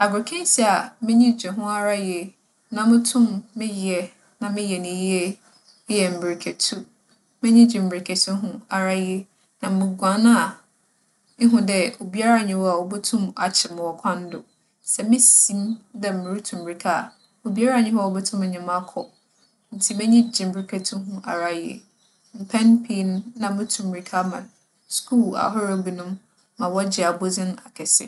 Agokansi a m'enyi gye ho ara yie, na mutum meyɛ na meyɛ no yie eyɛ mbirikatu. M'enyi gye mbirikatu ho ara yie, na muguan a, ihu dɛ obiara nnyi hͻ a obotum akyer me wͻ kwan do. Sɛ misi mu dɛ murutu mbirika a, obiara nnyi hͻ a obotum nye me akͻ. Ntsi m'enyi gye mbirikatu ho ara yie. Mpɛn pii no, nna mutu mbirika ma skuul ahorow binom ma wͻgye abͻdzin akɛse.